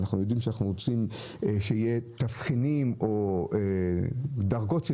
אנחנו רוצים שיהיו תבחינים או דרגות של